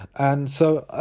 and so,